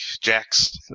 Jax